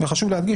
חשוב להדגיש,